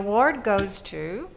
award goes to